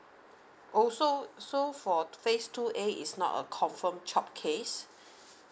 oh so so for phase two A is not a confirm chopped case